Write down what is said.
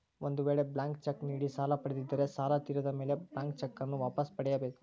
ಒಂದು ವೇಳೆ blank cheque ನೀಡಿ ಸಾಲ ಪಡೆದಿದ್ದರೆ ಸಾಲ ತೀರಿದ ಮೇಲೆ ಬ್ಲಾಂತ್ ಚೆಕ್ ನ್ನು ವಾಪಸ್ ಪಡೆಯ ಬೇಕು